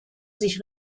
sich